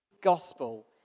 gospel